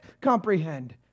comprehend